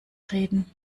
reden